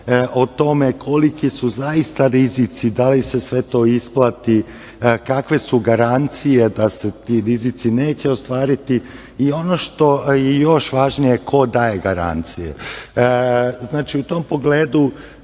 o tome koliki su zaista rizici, da li se sve to isplati, kakve su garancije da se ti rizici neće ostvariti i ono što je još važnije, ko daje garancije. Znači, u tom pogledu